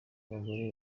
abagore